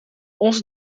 onze